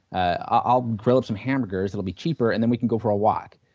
i'll grill up some hamburgers, it will be cheaper and then we can go for a walk.